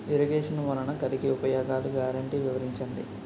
Irrigation వలన కలిగే ఉపయోగాలు గ్యారంటీ వివరించండి?